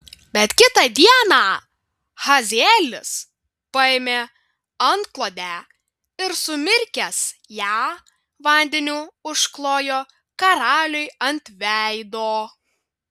bet kitą dieną hazaelis paėmė antklodę ir sumirkęs ją vandeniu užklojo karaliui ant veido